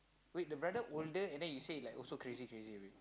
wait the brother older and then you say like also crazy crazy a bit